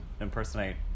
impersonate